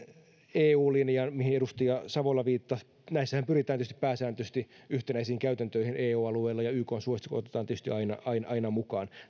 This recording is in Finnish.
eu linja mihin edustaja savola viittasi näissähän pyritään tietysti pääsääntöisesti yhtenäisiin käytäntöihin eu alueella ja ykn suositukset otetaan tietysti aina aina mukaan tässä